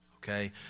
okay